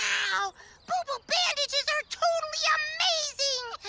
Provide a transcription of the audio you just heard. wow boo boo bandages are totally amazing.